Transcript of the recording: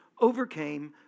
overcame